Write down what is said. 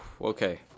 okay